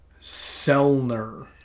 Selner